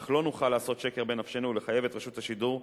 אך לא נוכל לעשות שקר בנפשנו ולחייב את רשות השידור,